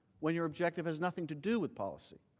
when your objective has nothing to do with policy.